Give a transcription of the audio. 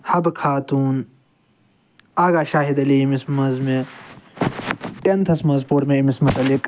حَبہٕ خاتون آغا شاہِد علی ییٚمِس مَنٛز مےٚ ٹیٚنتھَس مَنٛز پوٚر مےٚ أمس مُتعلِق